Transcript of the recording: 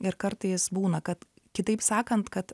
ir kartais būna kad kitaip sakant kad